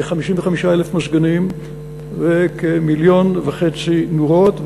כ-55,000 מזגנים וכמיליון נורות,